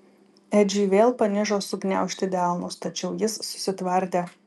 edžiui vėl panižo sugniaužti delnus tačiau jis susitvardė